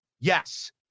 Yes